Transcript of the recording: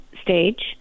Stage